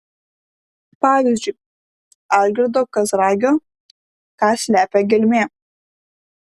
pavyzdžiui algirdo kazragio ką slepia gelmė